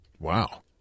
Wow